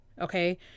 okay